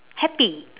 happy